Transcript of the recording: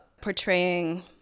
portraying